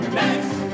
next